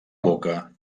boca